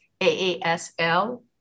AASL